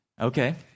Okay